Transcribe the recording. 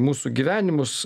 mūsų gyvenimus